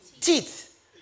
teeth